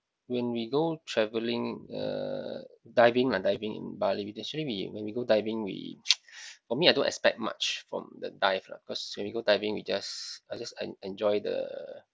when we go travelling uh diving ah diving in Bali actually when we go diving we for me I don't expect much from the dive lah cause when we go diving we just I just en~ enjoy the